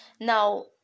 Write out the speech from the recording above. Now